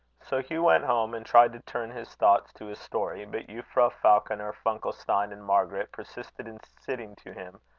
so hugh went home, and tried to turn his thoughts to his story but euphra, falconer, funkelstein, and margaret persisted in sitting to him,